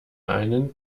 einen